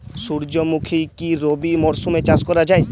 সুর্যমুখী কি রবি মরশুমে চাষ করা যায়?